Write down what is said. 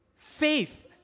Faith